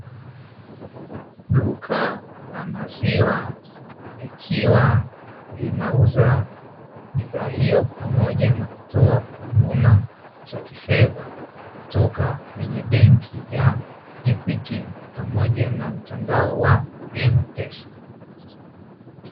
Duka la maziwa, likiwa linauza bidhaa hiyo pamoja na kutoa huduma za kifedha, kutoka kwenye benki ya " Equity"pamoja na mtandao wa M-pesa.